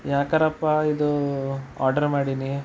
ಯಾಕಾರಪ್ಪಾ ಇದು ಆಡರ್ ಮಾಡೀನಿ